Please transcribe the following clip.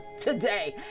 today